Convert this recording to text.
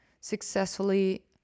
successfully